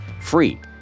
free